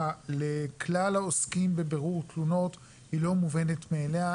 לכלל העוסקים בבירור תלונות לא מובנת מאליה,